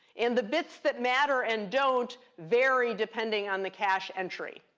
and the bits that matter and don't vary depending on the cache entry.